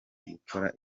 gukora